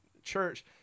church